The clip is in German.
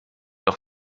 auch